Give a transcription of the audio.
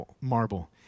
marble